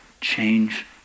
change